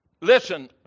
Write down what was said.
listen